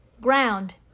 ground